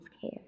care